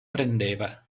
prendeva